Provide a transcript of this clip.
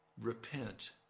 repent